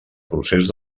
procés